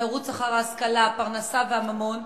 את המירוץ אחר ההשכלה, הפרנסה והממון,